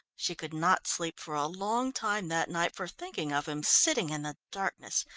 she could not sleep for a long time that night for thinking of him sitting in the darkness,